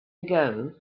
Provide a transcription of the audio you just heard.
ago